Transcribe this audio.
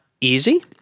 easy